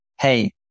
Hey